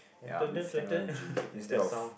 ya with technology instead of